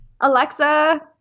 alexa